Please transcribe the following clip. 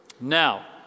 Now